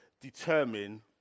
determine